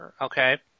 okay